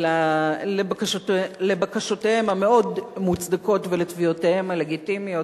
לבקשותיהם המאוד-מוצדקות ולתביעותיהם הלגיטימיות,